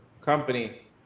company